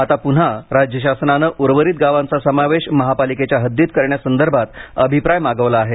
आता पुन्हा राज्य शासनाने उर्वरीत गावांचा समावेश महापालिकेच्या हद्दीत करण्यासंदर्भात अभिप्राय मागवला आहे